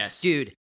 dude